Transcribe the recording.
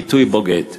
הביטוי "בוגד".